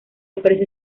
ofrece